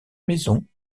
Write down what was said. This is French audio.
maison